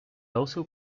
also